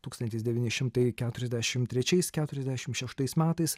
tūkstantis devyni šimtai keturiasdešimt trečiais keturiasdešimt šeštais metais